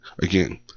Again